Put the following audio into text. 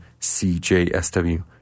CJSW